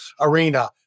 arena